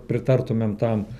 pritartumėm tam